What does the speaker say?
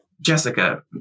Jessica